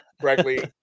correctly